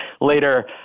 later